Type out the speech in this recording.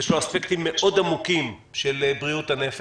יש אספקטים עמוקים מאוד של בריאות הנפש.